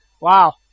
wow